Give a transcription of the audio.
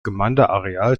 gemeindeareal